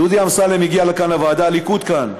דודי אמסלם הגיע לכאן, לוועדה, הליכוד כאן.